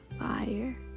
fire